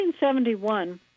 1971